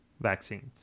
vaccines